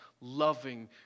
loving